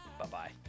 Bye-bye